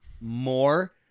more